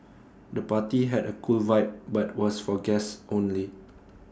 the party had A cool vibe but was for guests only